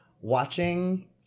Watching